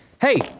Hey